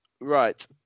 right